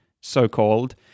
so-called